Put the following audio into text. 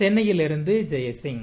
சென்னையிலிருந்து ஜெயசிங்